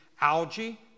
algae